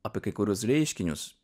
apie kai kuriuos reiškinius